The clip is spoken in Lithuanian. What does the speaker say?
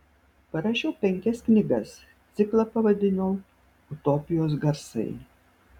parašiau penkias knygas ciklą pavadinau utopijos garsai